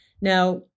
Now